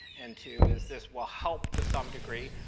and two, is this will help to some degree.